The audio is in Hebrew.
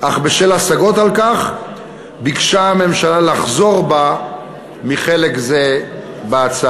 אך בשל השגות על כך ביקשה הממשלה לחזור בה מחלק זה בהצעה.